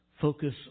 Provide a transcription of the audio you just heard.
Focus